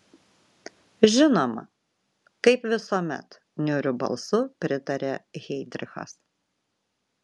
žinoma kaip visuomet niūriu balsu pritarė heidrichas